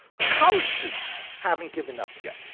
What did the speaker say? but college students haven't given up yet.